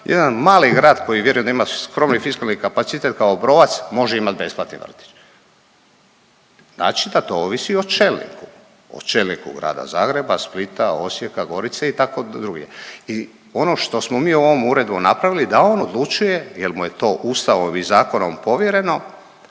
jedan mali grad koji vjerujem da ima skromni fiskalni kapacitet kao Obrovac može imati besplatni vrtić. Znači da to ovisi o čelniku. O čelniku Grada Zagreba, Splita, Osijeka, Gorice i tako drugdje. I ono što smo mi ovom uredbom napravili da on odlučuje jer mu je to Ustavnom i zakonom povjereno